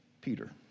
Peter